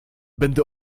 będę